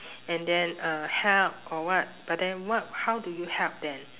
and then uh help or what but then what how do you help then